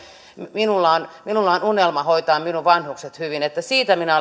minulla on unelma hoitaa minun vanhukseni hyvin siitä minä